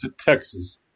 Texas